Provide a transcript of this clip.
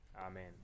Amen